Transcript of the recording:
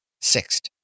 SIXTH